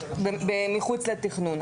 מטילות מחוץ לתכנון.